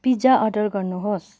pizza order गर्नुहोस्